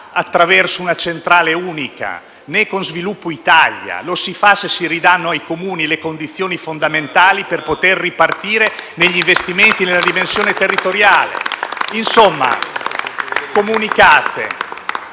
attraverso una centrale unica né con Sviluppo Italia. Lo si fa se si ridanno ai Comuni le condizioni fondamentali per poter ripartire negli investimenti nella dimensione territoriale. *(Applausi